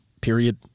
period